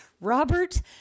Robert